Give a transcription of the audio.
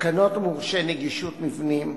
תקנות מורשי נגישות מבנים,